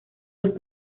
los